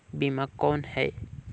बीमा कौन है?